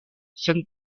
sen